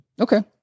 Okay